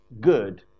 good